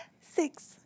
Six